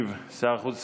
ישיב שר החוץ